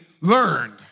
learned